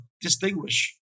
distinguish